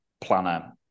planner